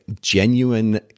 genuine